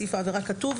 סעיף העבירה כתוב,